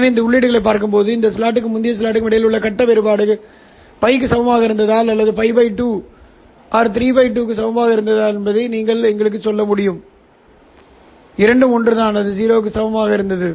எனவே இந்த உள்ளீடுகளைப் பார்க்கும்போது இந்த ஸ்லாட்டுக்கும் முந்தைய ஸ்லாட்டுக்கும் இடையிலான கட்ட வேறுபாடு л க்கு சமமாக இருந்ததா அல்லது л 2 அல்லது 3л 2 க்கு சமமாக இருந்ததா என்பதை நீங்கள் எங்களுக்குச் சொல்ல முடியும் இரண்டும் ஒன்றுதான் அது 0 க்கு சமமாக இருந்தது